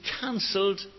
cancelled